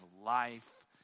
life